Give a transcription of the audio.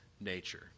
nature